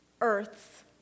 Earths